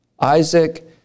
Isaac